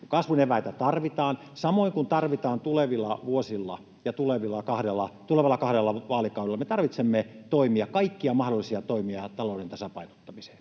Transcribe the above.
kasvun eväitä tarvitaan, samoin kuin me tarvitsemme tuleville vuosille ja tulevilla kahdella vaalikaudella kaikkia mahdollisia toimia talouden tasapainottamiseen.